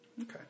Okay